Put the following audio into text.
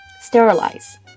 Sterilize